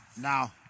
Now